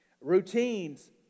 Routines